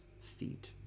feet